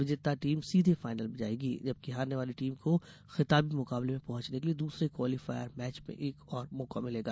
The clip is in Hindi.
विजेता टीम सीधे फाइनल में जाएगी जबकि हारने वाली टीम को खिताबी मुकाबले में पहुंचने के लिए दूसरे क्वालीफायर मैच में एक और मौका मिलेगा